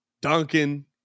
Duncan